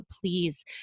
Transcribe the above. please